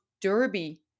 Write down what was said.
Derby